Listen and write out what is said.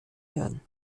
würden